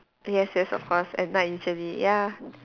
yes yes of course at night usually ya